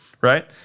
right